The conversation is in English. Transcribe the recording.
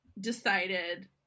decided